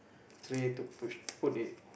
tray to push put it